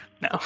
No